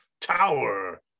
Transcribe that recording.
tower